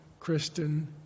Kristen